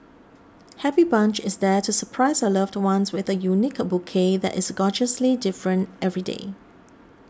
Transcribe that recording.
Happy Bunch is there to surprise your loved one with a unique bouquet that is gorgeously different every day